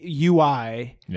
UI